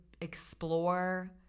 explore